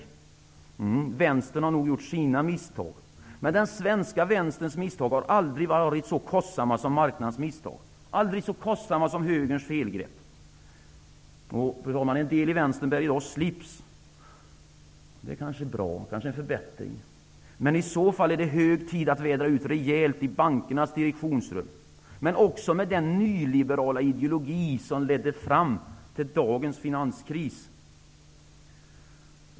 Ja, Vänstern har nog gjort sina misstag, men den svenska Vänsterns misstag har aldrig varit så kostsamma som marknadens misstag, aldrig så kostsamma som högerns felgrepp. Fru talman! En del inom Vänstern bär i dag slips. Det kanske är en förbättring. Men i så fall är det också hög tid både att vädra ut rejält i bankernas direktionsrum och att göra upp med den nyliberala ideologi som ledde fram till dagens finanskris.